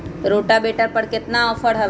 Rotavator पर केतना offer हव?